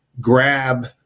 grab